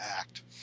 act